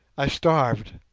i starved.